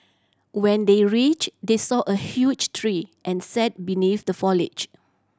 when they reached they saw a huge tree and sat beneath the foliage